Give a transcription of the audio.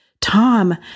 Tom